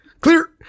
clear